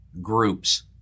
Groups